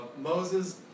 Moses